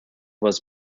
was